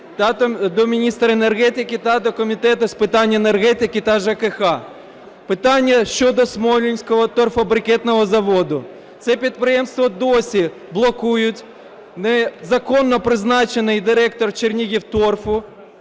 до міністра енергетики, та до Комітету з питань енергетики та ЖКГ. Питання щодо "Смолинського торфобрикетного заводу". Це підприємство досі блокують, незаконно призначений директор "Чернігівторфу"